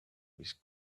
with